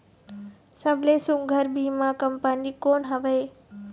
सबले सुघ्घर बीमा कंपनी कोन हवे?